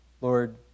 Lord